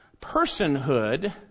personhood